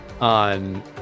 on